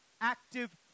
active